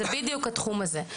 זה בדיוק התחום הזה.